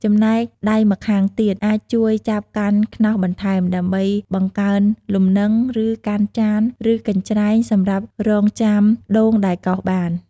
ចំណែកដៃម្ខាងទៀតអាចជួយចាប់កាន់ខ្នោសបន្ថែម ដើម្បីបង្កើនលំនឹង ឬ កាន់ចាន ឬ កញ្ច្រែងសម្រាប់រងសាច់ដូងដែលកោសបាន។